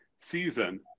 season